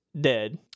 dead